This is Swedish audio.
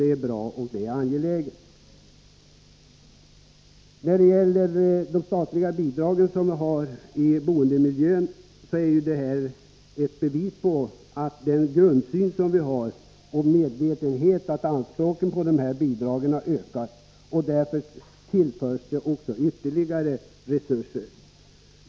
Det är bra, för det är angeläget. De statliga bidragen i boendemiljön är bevis på vår grundsyn och medvetenhet om att anspråken på dessa bidrag har ökat. Därför tillförs ytterligare resurser.